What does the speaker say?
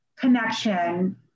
Connection